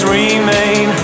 remain